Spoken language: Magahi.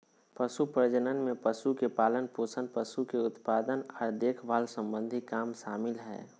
पशु प्रजनन में पशु के पालनपोषण, पशु के उत्पादन आर देखभाल सम्बंधी काम शामिल हय